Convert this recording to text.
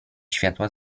światła